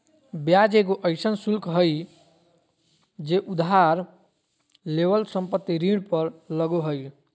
ब्याज एगो अइसन शुल्क हइ जे उधार लेवल संपत्ति ऋण पर लगो हइ